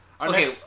Okay